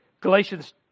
Galatians